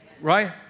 Right